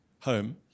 home